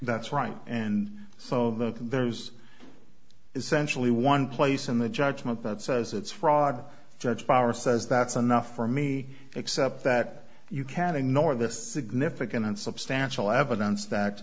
that's right and so there's essentially one place in the judgment that says it's fraud judge power says that's enough for me except that you can ignore this significant and substantial evidence